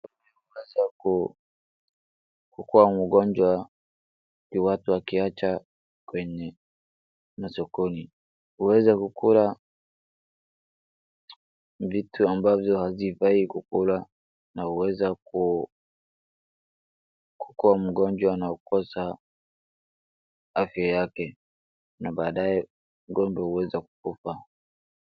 Ng'ombe inaweza ku kukuwa mgonjwa, ni watu wakiacha kwenye masokoni kuweza kukula vitu ambazo hazifai kukula, na huweza kukua mgonjwa na kukosa afya yake, na baadaye ng'ombe huweza kufa.